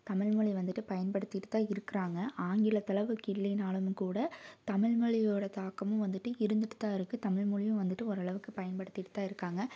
தமிழ்மொழி வந்துட்டு பயன்படுத்திட்டு தான் இருக்கிறாங்க ஆங்கிலத்தளவுக்கு இல்லையினாலும் கூட தமிழ்மொழியோடய தாக்கமும் வந்துட்டு இருந்துட்டு தான் இருக்குது தமிழ்மொழியும் வந்துட்டு ஓரளவுக்கு பயன்படுத்திட்டு தான் இருக்காங்க